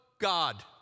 God